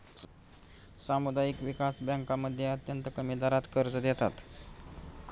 सामुदायिक विकास बँकांमध्ये अत्यंत कमी दरात कर्ज देतात